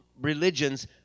religions